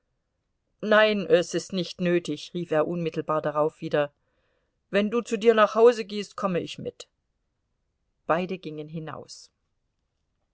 nein es ist nicht nötig rief er unmittelbar darauf wieder wenn du zu dir nach hause gehst komme ich mit beide gingen hinaus